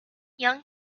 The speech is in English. young